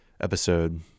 episode